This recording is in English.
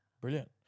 Brilliant